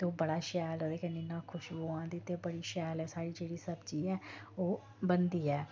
ते ओह् बड़ा शैल ओह्दे कन्नै इ'यां खुश्बो आंदी ते बड़ी शैल ऐ साढ़ी जेह्ड़ी सब्जी ऐ ओह् बनदी ऐ